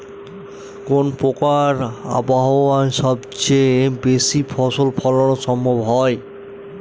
কোন প্রকার আবহাওয়ায় সবচেয়ে বেশি ফসল ফলানো সম্ভব হয়?